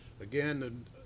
Again